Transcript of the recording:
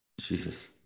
jesus